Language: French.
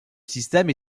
système